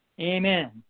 Amen